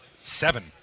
seven